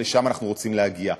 ולשם אנחנו רוצים להגיע.